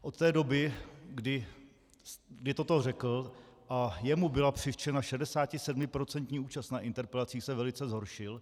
Od té doby, kdy toto řekl a jemu byla přiřčena 67procentní účast na interpelacích, se velice zhoršil.